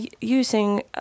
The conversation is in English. using